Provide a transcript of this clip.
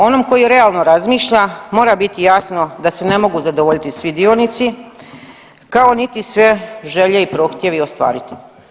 Onom koji realno razmišlja mora biti jasno da se ne mogu zadovoljiti svi dionici kao niti sve žele i prohtjevi ostvariti.